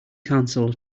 council